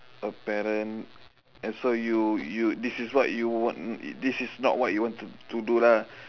a parent and so you you this is what you want this is not what you want to do lah